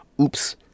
Oops